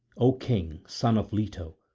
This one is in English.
o king, son of leto,